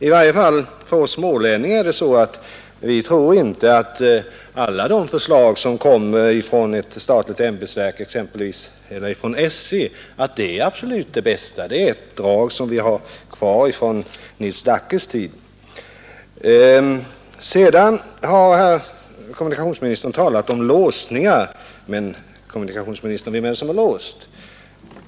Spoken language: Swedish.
I varje fall vi smålänningar tror inte att alla de förslag som kommer exempelvis från ett statligt ämbetsverk eller från SJ utan vidare är det bästa — det är ett drag som vi har kvar från Nils Dackes tid. Herr kommunikationsministern har talat om låsningar. Men, herr kommunikationsminister, vem är det som är låst?